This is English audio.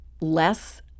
less